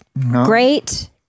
great